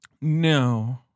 No